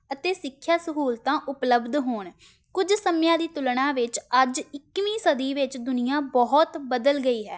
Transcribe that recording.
ਅਤੇ ਸਿੱਖਿਆ ਸਹੂਲਤਾਂ ਉਪਲਬਧ ਹੋਣ ਕੁਝ ਸਮਿਆਂ ਦੀ ਤੁਲਨਾ ਵਿੱਚ ਅੱਜ ਇੱਕੀਵੀਂ ਸਦੀ ਵਿੱਚ ਦੁਨੀਆ ਬਹੁਤ ਬਦਲ ਗਈ ਹੈ